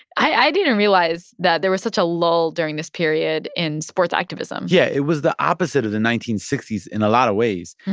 i didn't realize that there was such a lull during this period in sports activism yeah, it was the opposite of the nineteen sixty s in a lot of ways.